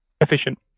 efficient